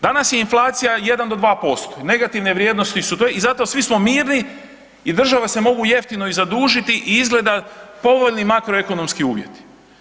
Danas je inflacija 1 do 2%, negativne vrijednosti su i zato svi smo mirni i države se mogu jeftino i zadužiti i izgleda povoljni makroekonomski uvjeti.